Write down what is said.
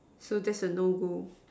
so that's a no go